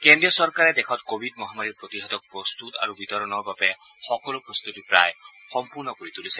কেন্দ্ৰীয় চৰকাৰে দেশত কোৱিড মহামাৰীৰ প্ৰতিষেধক প্ৰস্তুত আৰু বিতৰণৰ বাবে সকলো প্ৰস্তুতি প্ৰায় সম্পূৰ্ণ কৰি তুলিছে